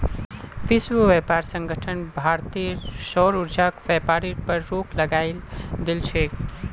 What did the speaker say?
विश्व व्यापार संगठन भारतेर सौर ऊर्जाक व्यापारेर पर रोक लगई दिल छेक